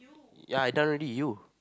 ya I done already you